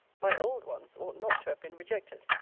my old ones ought not to have been rejected.